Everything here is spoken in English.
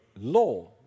law